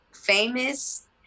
famous